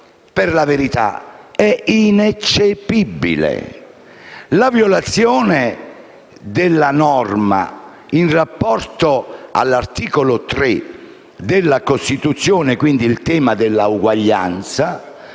per la verità è ineccepibile: la violazione della norma in rapporto all'articolo 3 della Costituzione (quindi al tema dell'uguaglianza)